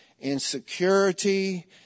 insecurity